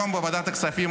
היום בוועדת הכספים,